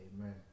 Amen